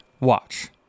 watch